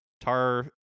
tar